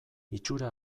itxura